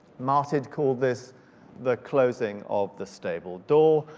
martin called this the closing of the stable door.